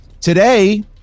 today